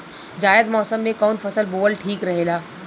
जायद मौसम में कउन फसल बोअल ठीक रहेला?